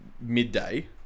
midday